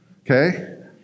Okay